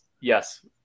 Yes